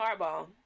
hardball